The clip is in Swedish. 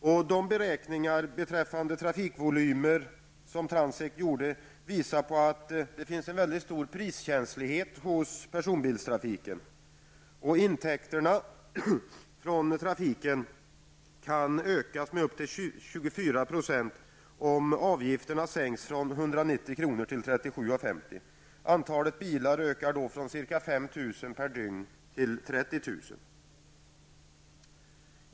Dessa beräkningar avseende trafikvolymer visar på en stor priskänslighet hos personbilstrafiken. Intäkterna från denna kan ökas med 24 % om trafikavgiften sänks från 190 kr. till 37:50. Antalet bilar ökar då från ca 5 000 per dygn till 30 000.